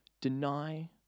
deny